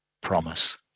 promise